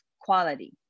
quality